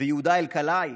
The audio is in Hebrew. ויהודה אלקלעי,